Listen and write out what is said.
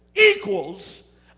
equals